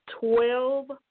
Twelve